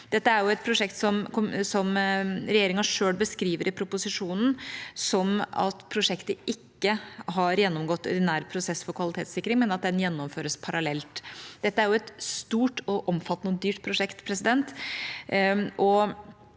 Dette er et prosjekt regjeringa selv i proposisjonen beskriver som at det ikke har gjennomgått ordinær prosess for kvalitetssikring, men at den gjennomføres parallelt. Dette er et stort, omfattende og dyrt prosjekt, og det